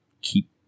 keep